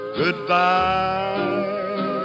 goodbye